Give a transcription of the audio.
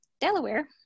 Delaware